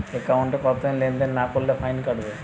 একাউন্টে কতদিন লেনদেন না করলে ফাইন কাটবে?